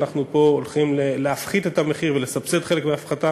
אנחנו פה הולכים להפחית את המחיר ולסבסד חלק מההפחתה